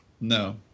no